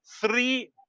Three